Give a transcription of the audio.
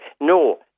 no